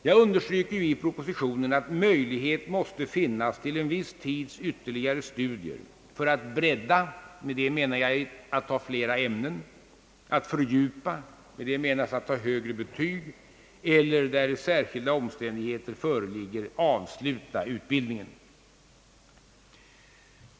Jag understryker i propositionen, att möjlighet måste finnas till en viss tids ytterligare studier för att bredda — med det menar jag att studera fler ämnen — att fördjupa med det menas att ta högre betyg — eller, där särskilda omständigheter föreligger, avsluta utbildningen.